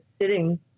sitting